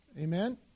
amen